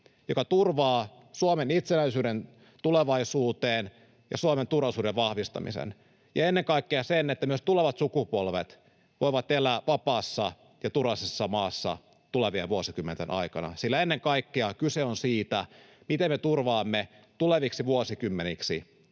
joka turvaa Suomen itsenäisyyden tulevaisuuteen ja Suomen turvallisuuden vahvistamisen, ja ennen kaikkea sen, että myös tulevat sukupolvet voivat elää vapaassa ja turvallisessa maassa tulevien vuosikymmenten aikana, sillä ennen kaikkea kyse on siitä, miten me turvaamme tuleviksi vuosikymmeniksi